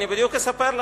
אני בדיוק אספר לכם,